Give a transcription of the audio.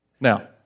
Now